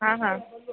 हां हां